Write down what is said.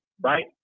right